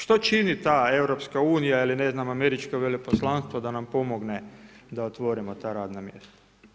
Što čini ta EU, ili ne znam američko veleposlanstvo, da nam pomogne da otvorimo ta radna mjesta.